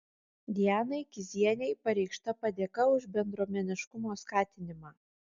dianai kizienei pareikšta padėka už bendruomeniškumo skatinimą